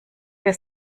wer